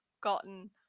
gotten